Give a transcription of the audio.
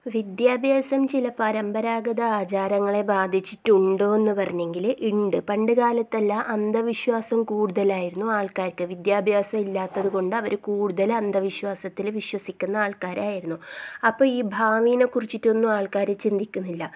വിദ്യാഭ്യാസം ചില പരമ്പരാഗത ആചാരങ്ങളെ ബാധിച്ചിട്ടുണ്ടോ എന്ന് പറഞ്ഞെങ്കിൽ ഉണ്ട് പണ്ട് കാലത്തെല്ലാം അന്ധവിശ്വാസം കൂടുതലായിരുന്നു ആൾക്കാർക്ക് വിദ്യാഭ്യാസം ഇല്ലാത്തത് കൊണ്ട് അവർ കൂടുതൽ അന്ധവിശ്വാസത്തിൽ വിശ്വസിക്കുന്ന ആൾക്കാരായിരുന്നു അപ്പം ഈ ഭാവിയെക്കുറിച്ചിട്ടൊന്നും ആൾക്കാർ ചിന്തിക്കുന്നില്ല